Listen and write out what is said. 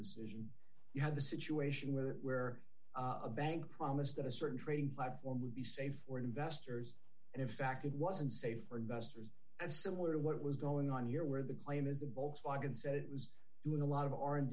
decision you have a situation where where a bank promised that a certain trading platform would be safe for investors and in fact it wasn't safe for investors and similar to what was going on here where the claim is that volkswagen said it was doing a lot of r an